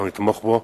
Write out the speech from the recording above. אנחנו נתמוך בו,